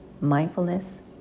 mindfulness